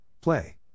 play